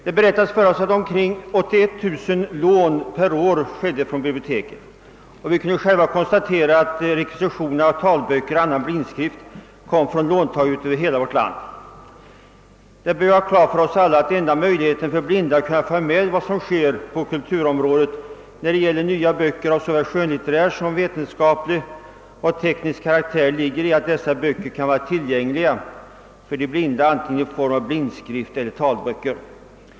Det berättades för oss om ungefär 81 000 lån per år från biblioteket, och vi kunde själva konstatera att rekvisitioner av talböcker och andra blindskrifter kom från låntagare över hela vårt land. Det bör stå klart för oss alla att den enda möjligheten för blinda människor att följa med händelserna på kultur området, nya böcker av såväl skön. litterär som vetenskaplig och teknisk karaktär, ligger i att dessa böcker kan göras tillgängliga för de blinda antingen i form av blindskrift eller i form av talböcker.